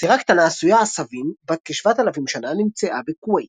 סירה קטנה עשויה עשבים בת כ-7,000 שנה נמצאה בכויית.